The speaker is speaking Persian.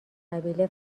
قبیله